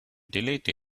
deleted